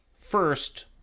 first